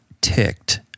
ticked